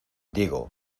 digo